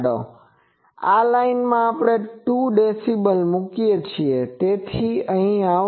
હવે આ લાઇનમાં આપણે 2dB મુકીએ છીએ તેથી તે અહીં આવશે